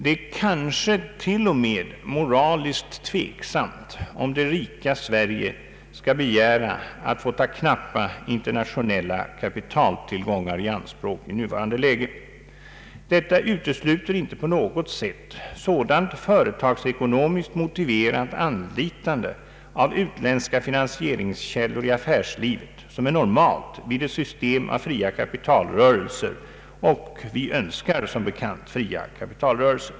Det kanske till och med är moraliskt tveksamt om det rika Sverige skall begära att få ta knappa internationella kapitaltillgångar i anspråk i nuvarande läge. Detta utesluter inte på något sätt företagsekonomiskt motiverat anlitande av utländska finansieringskällor i affärslivet, vilket är normalt vid ett system av fria kapitalrörelser. Vi önskar som bekant fria kapitalrörelser.